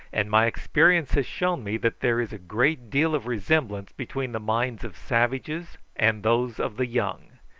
and my experience has shown me that there is a great deal of resemblance between the minds of savages and those of the young.